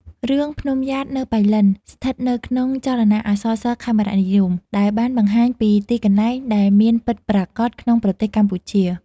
រឿង ភ្នំំយ៉ាតនៅប៉ៃលិន ស្ថិតនៅក្នុងចលនាអក្សរសិល្ប៍ខេមរនិយម ដែលបានបង្ហាញពីទីកន្លែងដែលមានពិតប្រាកត់ក្នុងប្រទេសកម្ពុជា។